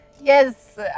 Yes